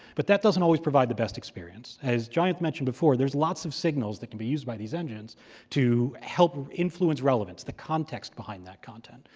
but that doesn't always provide the best experience. as jayanth mentioned before, there's lots of signals that can be used by these engines to help influence relevance, the context behind that content.